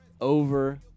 over